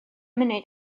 munud